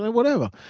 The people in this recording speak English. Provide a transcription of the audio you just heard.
whatever.